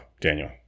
Daniel